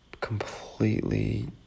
completely